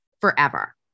forever